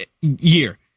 year